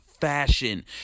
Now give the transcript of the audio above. fashion